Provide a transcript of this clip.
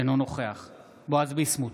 אינו נוכח בועז ביסמוט,